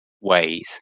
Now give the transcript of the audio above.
ways